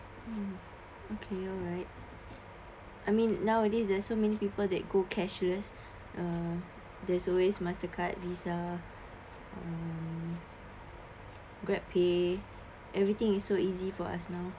mm okay alright I mean nowadays uh so many people that go cashless uh there's always Mastercard Visa um Grabpay everything is so easy for us now